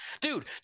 Dude